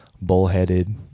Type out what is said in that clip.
bullheaded